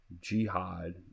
jihad